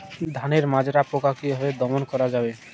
ধানের মাজরা পোকা কি ভাবে দমন করা যাবে?